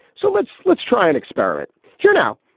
so let's let's try and experiment here now.